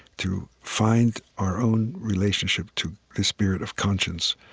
to find our own relationship to the spirit of conscience,